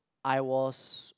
I was